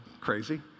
crazy